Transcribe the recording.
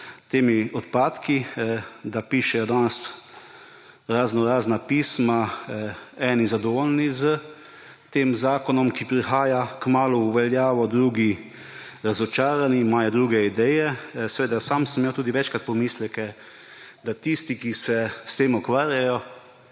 temi odpadki, pišejo danes raznorazna pisma, eni zadovoljni s tem zakonom, ki kmalu prihaja v veljavo, drugi razočarani, imajo druge ideje. Sam sem imel tudi večkrat pomisleke, da tisti, ki se s tem ukvarjajo,